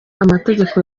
amategeko